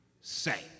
say